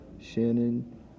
Shannon